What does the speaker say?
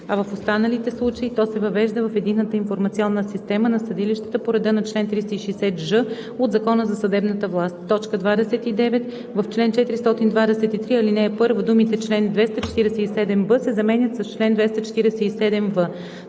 а в останалите случаи то се въвежда в единната информационна система на съдилищата по реда на чл. 360ж от Закона за съдебната власт.“ 29. В чл. 423, ал. 1 думите „чл. 247б“ се заменят с „чл. 247в“.